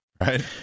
Right